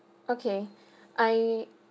okay I